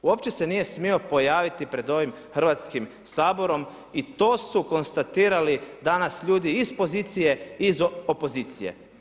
Uopće se nije smio pojaviti pred ovim Hrvatskim saborom i to su konstatirali danas ljudi iz pozicije i iz opoziciji.